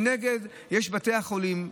מנגד יש בתי חולים,